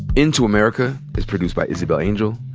into america is produced by isabel angel,